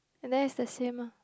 and then is the same ah